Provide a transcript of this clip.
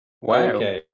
Wow